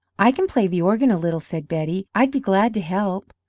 i can play the organ a little, said betty. i'd be glad to help.